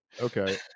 Okay